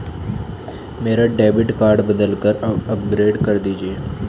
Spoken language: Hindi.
मेरा डेबिट कार्ड बदलकर अपग्रेड कर दीजिए